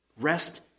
Rest